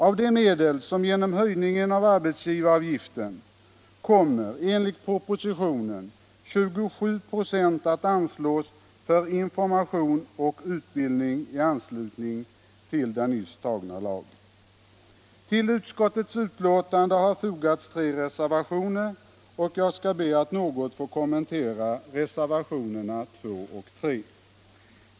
Av de medel som flyter in genom höjningen av arbetarskyddsavgiften kommer enligt propositionen 27 "» att anslås för information och utbildning i anslutning till den nyss antagna lagen. Till utskottets betänkande har fogats tre reservationer, och jag skall be att något få kommentera reservationerna 2 och 3.